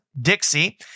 Dixie